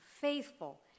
faithful